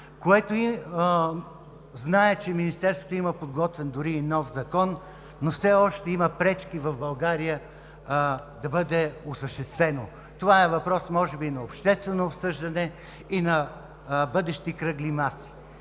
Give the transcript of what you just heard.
донорство“. Знам, че Министерството има подготвен и нов закон, но все още има пречки в България то да бъде осъществено. Може би това е въпрос на обществено обсъждане и на бъдещи кръгли маси.